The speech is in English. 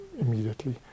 immediately